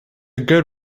good